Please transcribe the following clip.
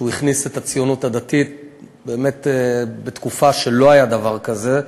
כשהוא הכניס את הציונות הדתית באמת בתקופה שלא היה דבר כזה,